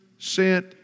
sent